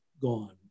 gone